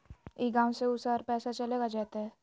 ई गांव से ऊ शहर पैसा चलेगा जयते?